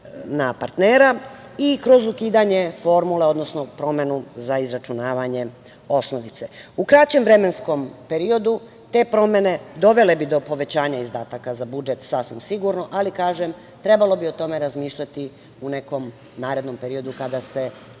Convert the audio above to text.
na partnera i kroz ukidanje formule, odnosno promenu za izračunavanje osnovice. U kraćem vremenskom periodu te promene dovele bi do povećanja izdataka za budžet sasvim sigurno, ali o tome bi trebalo razmišljati u nekom narednom periodu kada se